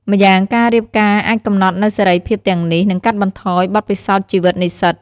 ម្យ៉ាងការរៀបការអាចកំណត់នូវសេរីភាពទាំងនេះ និងកាត់បន្ថយបទពិសោធន៍ជីវិតនិស្សិត។